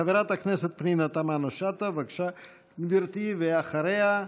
חברת הכנסת פנינה תמנו-שטה, בבקשה, גברתי, ואחריה,